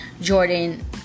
Jordan